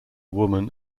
woman